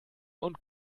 und